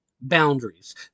boundaries